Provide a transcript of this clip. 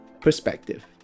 perspective